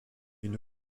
une